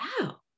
wow